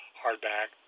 hardback